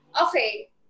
Okay